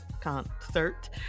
concert